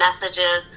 messages